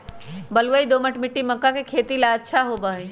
बलुई, दोमट मिट्टी मक्का के खेती ला अच्छा होबा हई